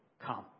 come